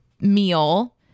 meal